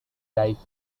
life